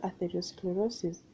atherosclerosis